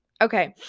Okay